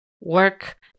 work